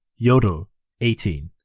jodl eighteen,